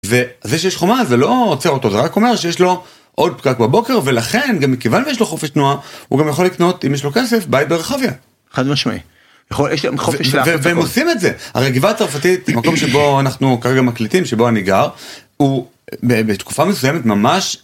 זה שיש חומה זה לא עוצר אותו זה רק אומר שיש לו עוד פקק בבוקר ולכן גם מכיוון שיש לו חופש תנועה הוא גם יכול לקנות אם יש לו כסף בית ברחביה. חד משמעי. והם עושים את זה הגבעה הצרפתית במקום שבו אנחנו כרגע מקליטים שבו אני גר הוא בתקופה מסוימת ממש...